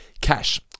cash